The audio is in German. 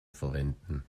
verwenden